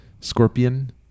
scorpion